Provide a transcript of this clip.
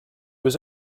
was